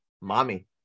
Mommy